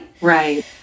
Right